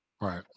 right